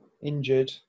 injured